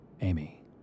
Amy